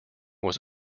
was